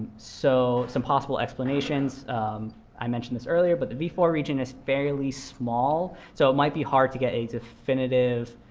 so some possible explanations i mentioned this earlier, but the v four region is fairly small. so it might be hard to get a definitive